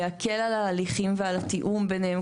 להקל על ההליכים ועל התיאום ביניהם,